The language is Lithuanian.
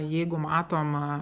jeigu matoma